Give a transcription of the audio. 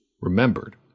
remembered